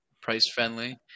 price-friendly